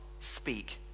speak